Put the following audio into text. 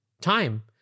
time